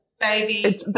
baby